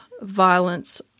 violence